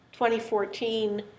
2014